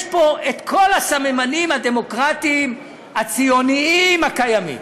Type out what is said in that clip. יש פה כל הסממנים הדמוקרטיים הציוניים הקיימים.